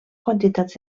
quantitats